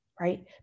right